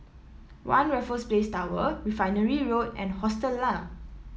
One Raffles Place Tower Refinery Road and Hostel Lah